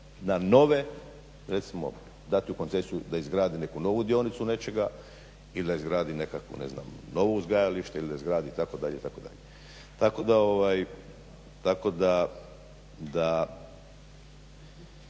na nove, recimo dati u koncesiju da izgradi neku novu dionicu nečega ili da izgradi nekakvu ne znam novo uzgajalište ili da izgradi itd., itd. Tako da treba i